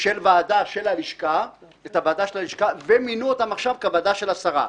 של הוועדה של הלשכה ומינו אותם עכשיו כוועדה של השרה.